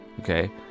okay